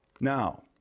Now